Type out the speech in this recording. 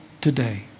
today